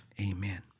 Amen